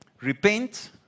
repent